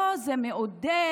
זה מעודד.